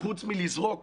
לדייק בדברים.